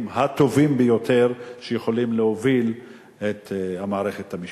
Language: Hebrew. הטובים ביותר שיכולים להוביל את מערכת המשפט.